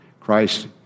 Christ